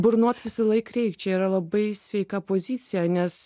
burnot visą laik reik čia yra labai sveika pozicija nes